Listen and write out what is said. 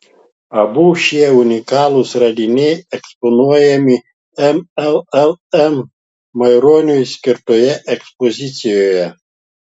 abu šie unikalūs radiniai eksponuojami mllm maironiui skirtoje ekspozicijoje